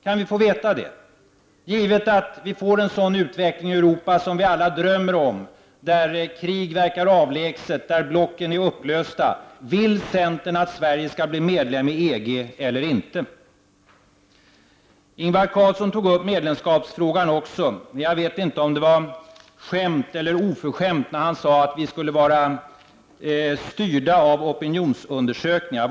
Kan vi få veta det? Givet att vi får en sådan utveckling i Europa som vi alla drömmer om, där krig verkar avlägset, där blocken är upplösta — vill centern att Sverige skall bli medlem i EG eller inte? Ingvar Carlsson tog också upp medlemskapsfrågan. Jag vet inte om det var skämt eller oförskämt när han sade att vi skulle vara styrda av opinions undersökningar.